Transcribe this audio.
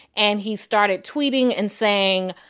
and he started tweeting and saying,